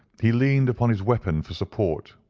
he leaned upon his weapon for support,